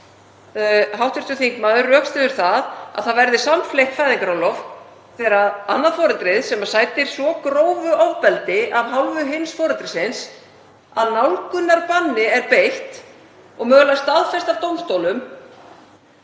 hv. þingmaður rökstyður að það verði samfleytt fæðingarorlof þegar annað foreldrið, sem sætir svo grófu ofbeldi af hálfu hins foreldrisins að nálgunarbanni er beitt og mögulega staðfest af dómstólum,